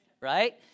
right